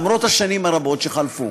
למרות השנים הרבות שחלפו.